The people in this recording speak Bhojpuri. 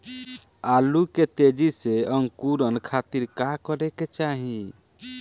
आलू के तेजी से अंकूरण खातीर का करे के चाही?